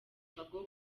mbago